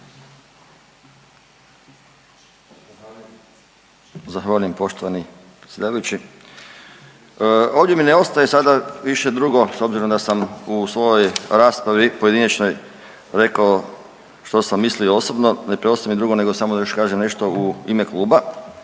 Zahvaljujem poštovani predsjedavajući. Ovdje mi ne ostaje sada više drugo s obzirom da sam u svojoj raspravi pojedinačnoj rekao što sam mislio osobno, ne preostaje mi drugo nego samo da još kažem nešto u ime kluba